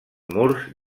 murs